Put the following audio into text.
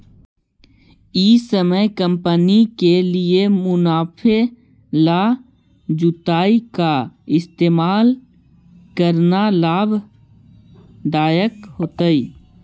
ई समय कंपनी के लिए मुनाफे ला जुताई का इस्तेमाल करना लाभ दायक होतई